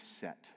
set